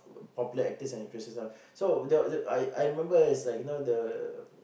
popular actor and actress so there I I remember it's like you know the